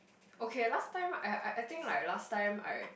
okay last time I I I think like last time I